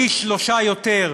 פי-שלושה יותר,